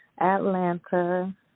Atlanta